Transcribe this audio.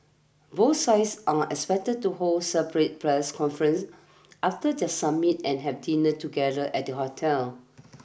both sides are expected to hold separate press conferences after their summit and have dinner together at the hotel